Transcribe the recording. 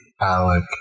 Alec